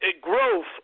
growth